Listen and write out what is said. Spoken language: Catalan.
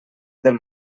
del